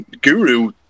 guru